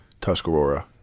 Tuscarora